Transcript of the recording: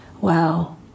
Wow